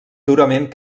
durament